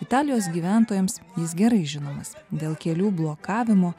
italijos gyventojams jis gerai žinomas dėl kelių blokavimo